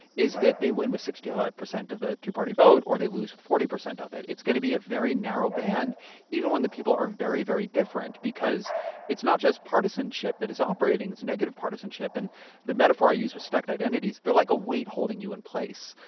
is that they win with sixty five percent of the two-party vote or they lose with forty percent of it. it's going to be a very narrow band even when the people are very, very different because it's not just partisanship that is operating. it's a negative partisanship and the metaphor i use was stacked identities. they're like a weight holding you in place.